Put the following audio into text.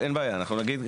אין בעיה אנחנו נגיד,